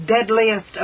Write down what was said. deadliest